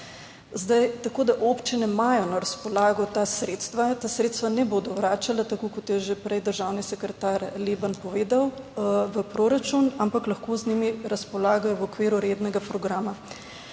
Tako da občine imajo na razpolago ta sredstva. Ta sredstva ne bodo vračale, tako kot je že prej državni sekretar Leben povedal v proračun, ampak lahko z njimi razpolagajo v okviru rednega programa.